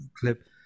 clip